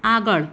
આગળ